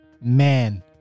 man